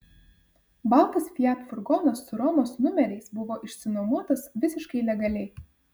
baltas fiat furgonas su romos numeriais buvo išsinuomotas visiškai legaliai